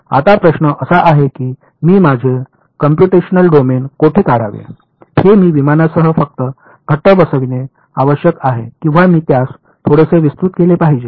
आता प्रश्न असा आहे की मी माझे कॉम्प्यूटेशनल डोमेन कोठे काढावे हे मी विमानासह फक्त घट्ट बसविणे आवश्यक आहे किंवा मी त्यास थोडेसे विस्तृत केले पाहिजे